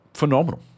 Phenomenal